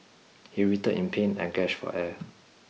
he writhed in pain and gasped for air